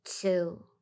two